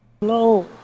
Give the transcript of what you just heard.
no